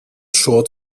short